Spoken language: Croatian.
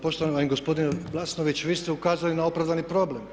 Poštovani gospodine Glasnović, vi ste ukazali na opravdani problem.